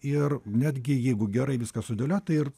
ir netgi jeigu gerai viskas sudėliota ir